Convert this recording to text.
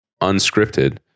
unscripted